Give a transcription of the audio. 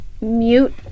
mute